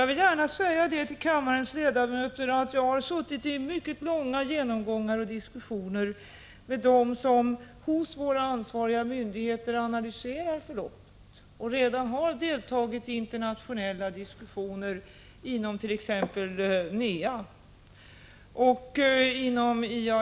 Jag vill gärna säga till kammarens ledamöter att jag har deltagit i mycket långa genomgångar och diskussioner med dem hos våra ansvariga myndigheter som analyserat förloppet och som redan har deltagit i internationella diskussioner inom t.ex. NEA och inom IAEA.